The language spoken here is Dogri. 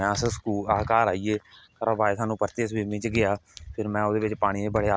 हां अस घार आई गे ओहदे बाद में परतियै स्बिमिंग च गेआ फिर में ओहदे बिच पानियै च बडे़आ मेरा